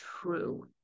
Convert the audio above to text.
true